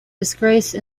disgrace